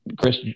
chris